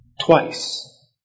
twice